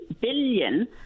billion